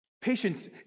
Patience